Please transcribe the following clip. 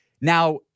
Now